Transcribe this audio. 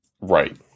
Right